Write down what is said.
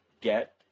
get